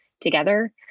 together